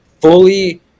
fully